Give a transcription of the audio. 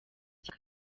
cya